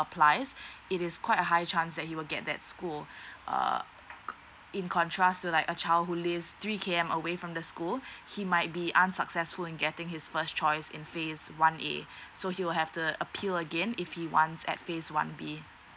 applies it is quite a high chance that he will get that school err in contrast to like a child who lives three K_M away from the school he might be unsuccessful in getting his first choice in phase one A so he will have to appeal again if he wants at phase one B